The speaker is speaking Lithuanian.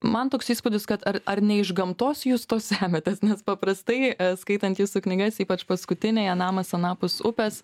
man toks įspūdis kad ar ar ne iš gamtos jūs to semiatės nes paprastai skaitant jūsų knygas ypač paskutiniąją namas anapus upės